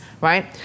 right